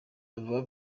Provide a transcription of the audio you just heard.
avuga